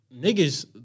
niggas